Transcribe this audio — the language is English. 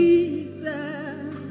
Jesus